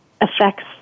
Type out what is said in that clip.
affects